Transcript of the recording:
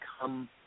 come